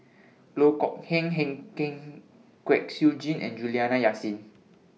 Loh Kok Heng Kwek Siew Jin and Juliana Yasin